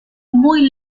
muy